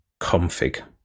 config